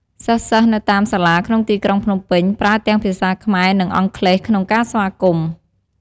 សិស្សៗនៅតាមសាលាក្នុងទីក្រុងភ្នំពេញ ប្រើទាំងភាសាខ្មែរ និងអង់គ្លេស ក្នុងការស្វាគមន៍។